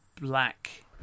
black